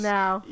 now